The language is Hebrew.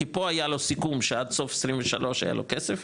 כי פה היה לו סיכום שעד סוף 23 היה לו כסף,